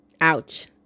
Ouch